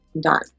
done